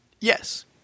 Yes